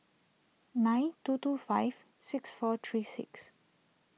nine two two five six four three six